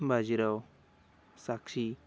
Bajirao Sakshi